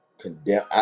condemn